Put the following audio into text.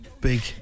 big